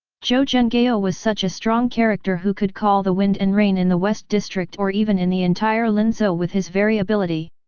zhou zhenghao ah was such a strong character who could call the wind and rain in the west district or even in the entire linzhou with his very ability.